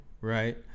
right